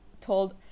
told